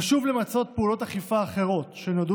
חשוב למצות פעולות אכיפה אחרות שנועדו